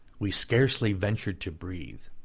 we scarcely ventured to breathe.